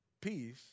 peace